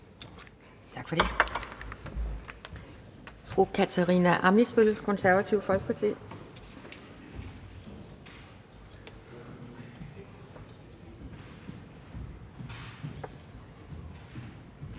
Tak for det.